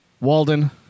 Walden